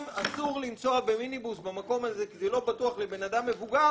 אם אסור לנסוע במיניבוס במקום הזה כי זה לא בטוח לבן אדם מבוגר,